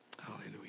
Hallelujah